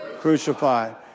crucified